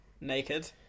naked